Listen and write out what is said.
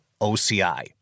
OCI